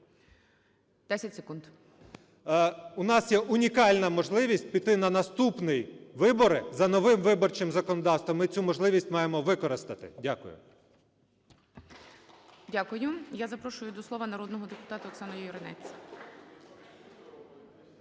У нас є унікальна можливість піти на наступні вибори за новим виборчим законодавством. Ми цю можливість маємо використати. Дякую. ГОЛОВУЮЧИЙ. Дякую. Я запрошую до слова народного депутата Оксану Юринець.